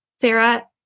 Sarah